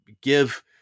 give